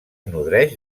nodreix